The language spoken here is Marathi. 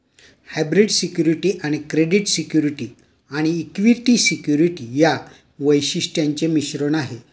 हायब्रीड सिक्युरिटी ही क्रेडिट सिक्युरिटी आणि इक्विटी सिक्युरिटी या वैशिष्ट्यांचे मिश्रण आहे